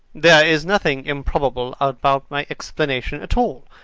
there is nothing improbable about my explanation at all.